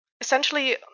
Essentially